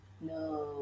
no